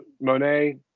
Monet